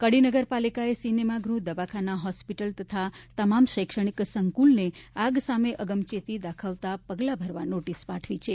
કડી નગરપાલિકાએ સિનેમાગૃહ દવાખાના હોસ્પિટલ તથા તમામ શૈક્ષણિક સંકુલને આગ સામે અગમચેતી દાખવતા પગલાં ભરવા નોટિસ પાઠવી છે